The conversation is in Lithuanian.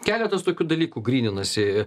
keletas tokių dalykų gryninasi